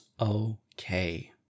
okay